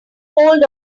hold